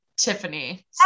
Tiffany